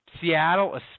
Seattle